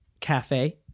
Cafe